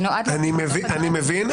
אני מבין.